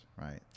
right